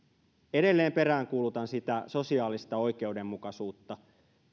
edelleen peräänkuulutan sitä sosiaalista oikeudenmukaisuutta